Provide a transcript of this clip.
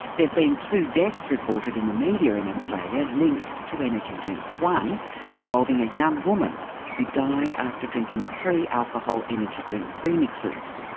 have been two deaths reported in the media in australia linked to energy drinks, one involving a young woman who died after drinking three alcohol energy drink premixes.